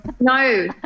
No